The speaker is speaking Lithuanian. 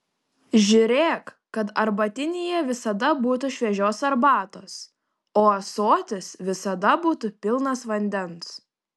žiūrėk kad arbatinyje visada būtų šviežios arbatos o ąsotis visada būtų pilnas vandens